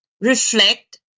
reflect